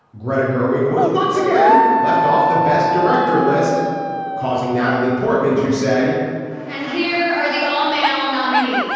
greta gerwig was once again left off. the best director list causing natalie portman to say and here are the all male nominees.